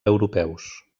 europeus